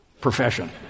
profession